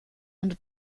und